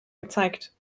gezeigt